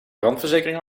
brandverzekering